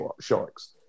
sharks